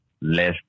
less